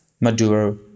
Maduro